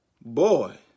Boy